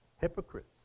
hypocrites